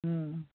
হুম